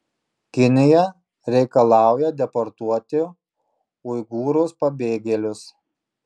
kinija reikalauja deportuoti uigūrus pabėgėlius